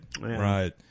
Right